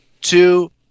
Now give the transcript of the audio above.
two